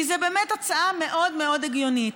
כי זו באמת הצעה מאוד מאוד הגיונית.